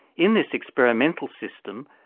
in this experimental system,